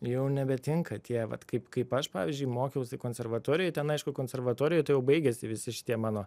jau nebetinka tie vat kaip kaip aš pavyzdžiui mokiausi konservatorijoj ten aišku konservatorijoj tai jau baigėsi visi šitie mano